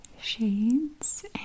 shades